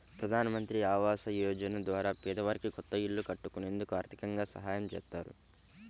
ప్రధానమంత్రి ఆవాస యోజన ద్వారా పేదవారికి కొత్త ఇల్లు కట్టుకునేందుకు ఆర్దికంగా సాయం చేత్తారు